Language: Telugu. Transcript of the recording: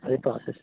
అది ప్రాసెస్